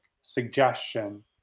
suggestion